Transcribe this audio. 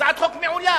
הצעת חוק מעולה.